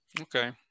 okay